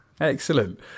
Excellent